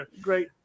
great –